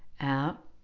out